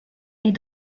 est